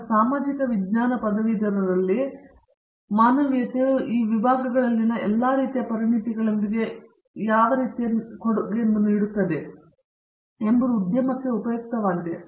ಈಗ ಸಾಮಾಜಿಕ ವಿಜ್ಞಾನ ಪದವೀಧರರಲ್ಲಿ ಮಾನವೀಯತೆಯು ಈ ವಿಭಾಗಗಳಲ್ಲಿನ ಎಲ್ಲಾ ರೀತಿಯ ಪರಿಣತಿಗಳೊಂದಿಗೆ ಯಾವ ರೀತಿಯ ಕೊಡುಗೆಗಳನ್ನು ನೀಡುತ್ತದೆ ಎಂಬುದು ಉದ್ಯಮಕ್ಕೆ ಉಪಯುಕ್ತವಾಗಿದೆ